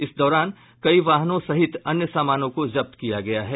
इस दौरान कई वाहनों सहित अन्य समानों को जब्त किया गया है